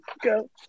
Go